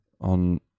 on